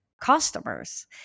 customers